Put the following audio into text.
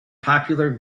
popular